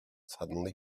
suddenly